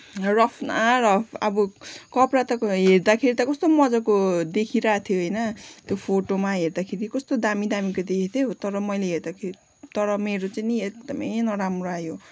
rough न rough अब कपडा त हेर्दाखेरि त कस्तो मजाको देखिरहेको थियो होइन त्यो फोटोमा हेर्दाखेरि कस्तो दामी दामीको देखिएको थियो तर मैले हेर्दाखेरि तर मेरो चाहिँ नि एकदमै नराम्रो आयो